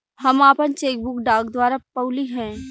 हम आपन cheque book डाक द्वारा पउली है